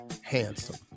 handsome